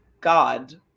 God